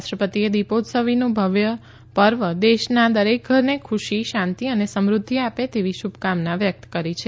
રાષ્ટ્રપતિએ દિપોત્સવીનું ભવ્ય પર્વ દેશના દરેક ઘરને ખુશી શાંતિ અને સમૃદ્ધિ આપે તેવી શુભકામના વ્યક્ત કરી છે